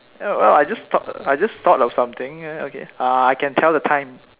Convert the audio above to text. well well I just thought I just thought of something ya okay uh I can tell the time